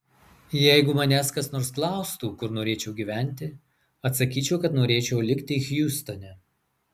jeigu manęs kas nors klaustų kur norėčiau gyventi atsakyčiau kad norėčiau likti hjustone